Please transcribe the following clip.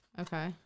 Okay